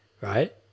right